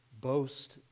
Boast